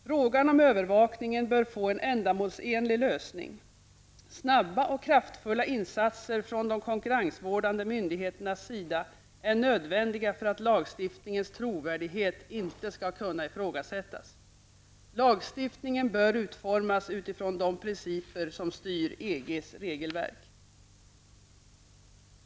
Frågan om övervakning bör få en ändamålsenlig lösning; snabba och kraftfulla insatser från de konkurrensvårdande myndigheternas sida är nödvändiga för att lagstiftningens trovärdighet inte skall kunna ifrågasättas. Lagstiftningen bör utformas utifrån de principer som styr EGs regelverk.